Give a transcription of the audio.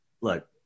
look